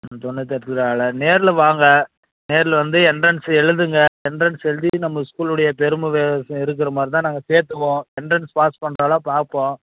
ம் தொண்ணூத்தெட்டு எடுத்திருக்காங்களா நேரில் வாங்க நேரில் வந்து எண்ட்ரன்ஸ் எழுதுங்க எண்ட்ரன்ஸ் எழுதி நம்ம ஸ்கூலுடைய பெருமை இருக்கிற மாதிரிதான் நாங்கள் சேர்த்துவோம் எண்ட்ரன்ஸ் பாஸ் பண்ணுறாளானு பார்ப்போம்